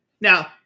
Now